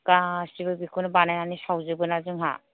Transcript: गासैबो बेखौनो बानायनानै सावजोबोना जोंहा